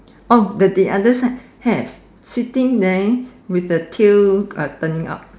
oh but the other side have sitting there with the tail uh turning up